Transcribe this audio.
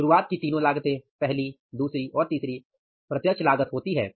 शुरुआत की तीनों लागते पहली दूसरी और तीसरी प्रत्यक्ष लागत होती है